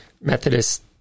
Methodist